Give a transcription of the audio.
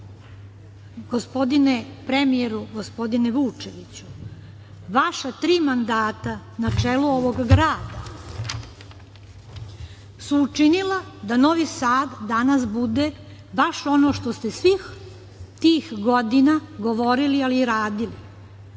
Sad. Dakle, gospodine premijeru, gospodine Vučeviću, vaša tri mandata na čelu ovog grada su učinila da Novi Sad danas bude baš ono što ste svih tih godina govorili i radili.